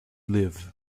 live